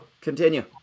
continue